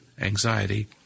anxiety